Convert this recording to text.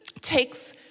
takes